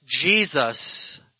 Jesus